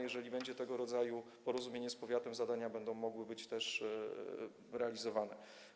Jeżeli będzie tego rodzaju porozumienie z powiatem, zadania będą mogły być realizowane.